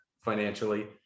financially